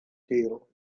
deal